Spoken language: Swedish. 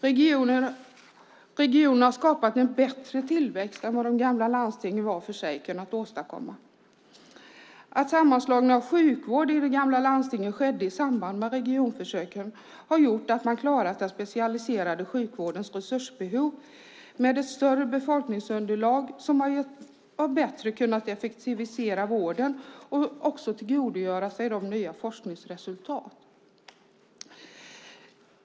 Regionerna har skapat en bättre tillväxt än de gamla landstingen var för sig kunnat åstadkomma. Genom att sammanslagningen av sjukvård i de gamla landstingen skedde i samband med regionförsöken har man klarat den specialiserade sjukvårdens resursbehov. Med ett större befolkningsunderlag har man bättre kunnat effektivisera vården och tillgodogöra sig nya forskningsresultat.